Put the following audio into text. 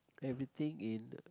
everything in